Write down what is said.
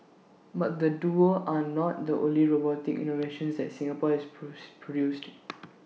but the duo are not the only robotic innovations that Singapore has produced